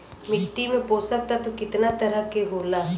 मिट्टी में पोषक तत्व कितना तरह के होला?